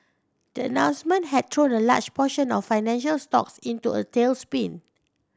the announcement had thrown a large portion of financial stocks into a tailspin